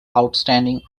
outstanding